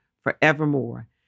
forevermore